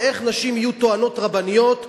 ואיך נשים יהיו טוענות רבניות?